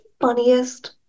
funniest